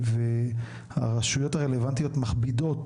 והרשויות הרלוונטיות מכבידות